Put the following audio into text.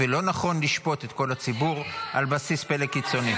ולא נכון לשפוט את כל הציבור על בסיס פלג קיצוני.